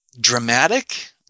dramatic